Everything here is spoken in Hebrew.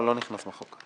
הוא לא נכנס בחוק.